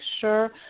sure